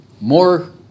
more